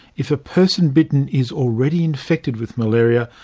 if a person bitten is already infected with malaria,